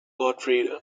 gottfried